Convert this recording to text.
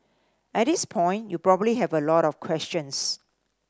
at this point you probably have a lot of questions